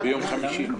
9:00?